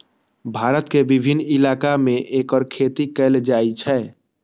भारत के विभिन्न इलाका मे एकर खेती कैल जाइ छै